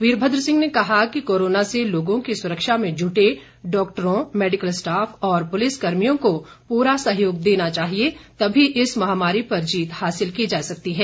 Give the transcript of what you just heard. वीरभद्र सिंह ने कहा कि कोरोना से लोगों की सुरक्षा में जूटे डॉक्टरों मेडिकल स्टाफ और पुलिस कर्मियों को पूरा सहयोग देना चाहिए तभी इस महामारी पर जीत हासिल की जा सकती है